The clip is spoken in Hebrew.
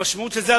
המשמעות של זה,